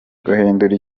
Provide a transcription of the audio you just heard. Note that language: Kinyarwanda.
guhindura